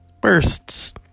bursts